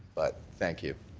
but thank you.